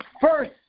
first